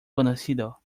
conocido